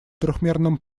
трёхмерном